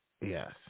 Yes